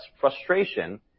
frustration